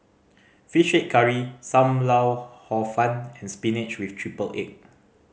Fish Head Curry Sam Lau Hor Fun and spinach with triple egg